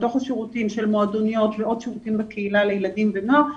בתוך השירותים של מועדוניות ועוד שירותים בקהילה לילדים ונוער,